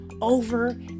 over